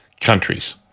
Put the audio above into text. countries